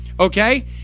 okay